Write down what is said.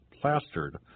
plastered